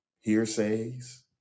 hearsays